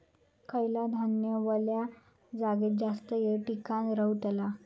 खयला धान्य वल्या जागेत जास्त येळ टिकान रवतला?